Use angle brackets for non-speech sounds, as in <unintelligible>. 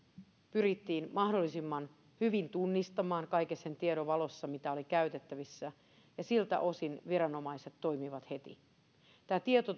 pyrittiin mahdollisimman hyvin tunnistamaan kaiken sen tiedon valossa mikä oli käytettävissä ja siltä osin viranomaiset toimivat heti tämä tieto <unintelligible>